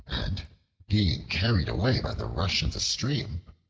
and being carried away by the rush of the stream,